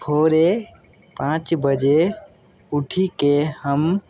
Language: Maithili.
पाँच बजे उठीके हम